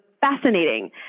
fascinating